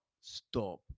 stop